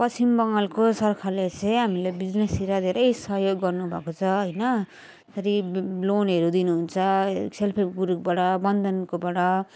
पश्चिम बङ्गालको सरकारले चाहिँ हामीलाई बिजनेसतिर धेरै सहयोग गर्नुभएको छ होइन फेरि लोनहरू दिनुहुन्छ सेल्फ हेल्प ग्रुपबाट बन्धनकोबाट